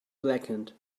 blackened